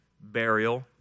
burial